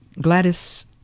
Gladys